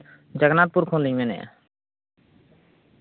ᱡᱚᱜᱚᱱᱱᱟᱛᱷᱯᱩᱨ ᱠᱷᱚᱱ ᱞᱤᱧ ᱢᱮᱱᱮᱫᱼᱟ